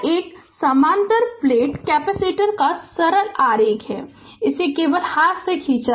Refer Slide Time 3304 तो यह एक समानांतर प्लेट कैपेसिटर का सरल आरेख है इसे केवल हाथ से खींचा है